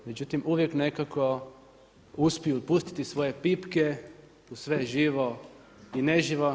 Međutim, uvijek nekako uspiju pustiti svoje pipke u sve živo i neživo.